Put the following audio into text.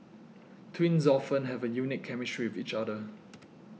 twins often have a unique chemistry with each other